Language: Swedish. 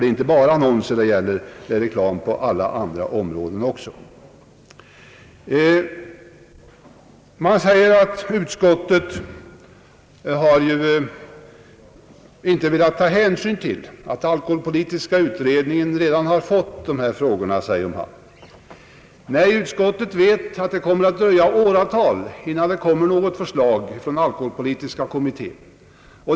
Det är inte bara fråga om annonser, utan reklam kan ju göras också på andra områden. Det har sagts att utskottet inte velat ta hänsyn till att alkoholpolitiska kommittén redan har dessa frågor om hand. Utskottet vet att det kommer att dröja åratal innan kommittén avlämnar något förslag.